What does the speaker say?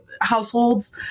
households